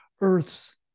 earth's